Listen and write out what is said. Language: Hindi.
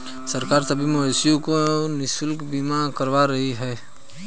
सरकार सभी मवेशियों का निशुल्क बीमा करवा रही है